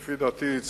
לדעתי,